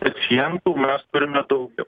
pacientų mes turime daugiau